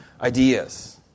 ideas